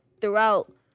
throughout